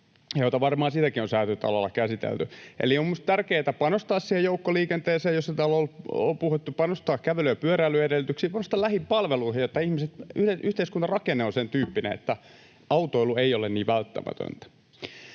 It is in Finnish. jota varmaan on Säätytalollakin käsitelty. Eli on minusta tärkeätä panostaa siihen joukkoliikenteeseen, josta täällä on puhuttu, panostaa kävelyn ja pyöräilyn edellytyksiin, panostaa lähipalveluihin, siihen, että yhteiskunnan rakenne on sen tyyppinen, että autoilu ei ole niin välttämätöntä.